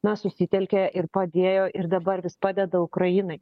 na susitelkė ir padėjo ir dabar vis padeda ukrainai